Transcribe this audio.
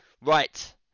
Right